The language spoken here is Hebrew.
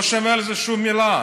לא שומע על זה שום מילה.